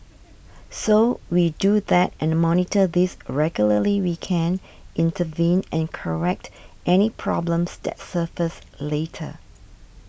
so we do that and monitor this regularly we can intervene and correct any problems that surface later